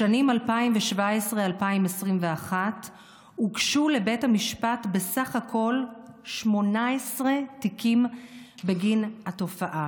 בשנים 2017 2021 הוגשו לבית המשפט בסך הכול 18 תיקים בגין התופעה,